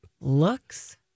Looks